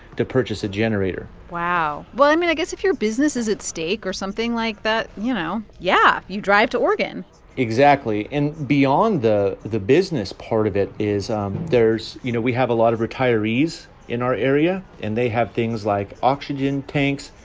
to purchase a generator wow. well, i mean, i guess if your business is at stake or something like that, you know, yeah, you drive to oregon exactly. and beyond the the business part of it is um there's you know, we have a lot of retirees in our area, and they have things like oxygen tanks,